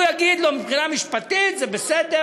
הוא יגיד לו: מבחינה משפטית זה בסדר,